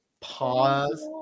pause